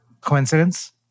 coincidence